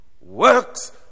works